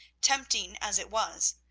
tempting as it was,